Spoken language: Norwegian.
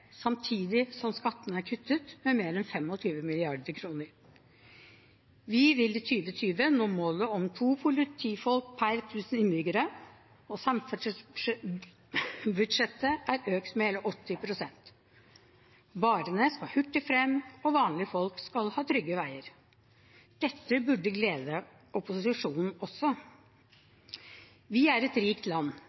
samtidig som skattene er kuttet med mer enn 25 mrd. kr. Vi vil i 2020 nå målet om to politifolk per tusen innbyggere, og samferdselsbudsjettet er økt med hele 80 pst. Varene skal hurtig frem, og vanlige folk skal ha trygge veier. Dette burde glede opposisjonen også. Vi er et rikt land,